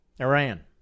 Iran